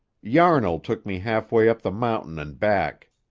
yarnall took me halfway up the mountain and back.